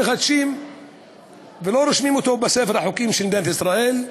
מחדשים ולא רושמים אותו בספר החוקים של מדינת ישראל,